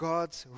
God's